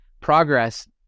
Progress